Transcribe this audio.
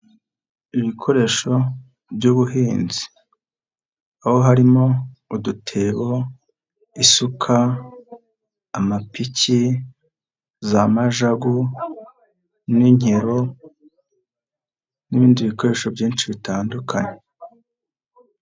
Ibikoresho by'ubuhinzi aho harimo; udutebo, isuka, amapiki, za majagu n'inkero n'ibindi bikoresho byinshi bitandukanye.